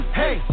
hey